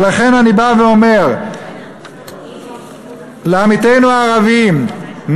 ולכן אני בא ואומר לעמיתינו הערבים: